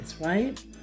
right